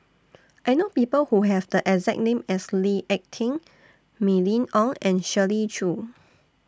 I know People Who Have The exact name as Lee Ek Tieng Mylene Ong and Shirley Chew